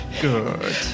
good